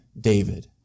David